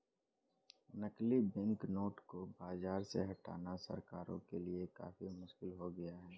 नकली बैंकनोट को बाज़ार से हटाना सरकारों के लिए काफी मुश्किल हो गया है